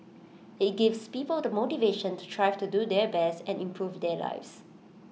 IT gives people the motivation to strive to do their best and improve their lives